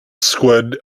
squid